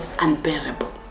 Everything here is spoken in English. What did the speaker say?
unbearable